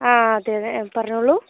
ആ അതെ അതെ പറഞ്ഞോളൂ